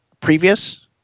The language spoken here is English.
previous